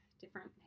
different